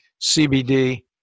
CBD